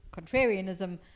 contrarianism